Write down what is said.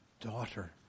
daughter